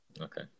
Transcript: Okay